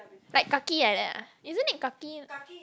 like kaki like that ah isn't it kaki